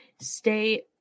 Stay